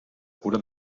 cura